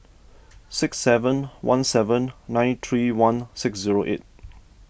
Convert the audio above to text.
six seven one seven nine three one six zero eight